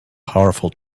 powerful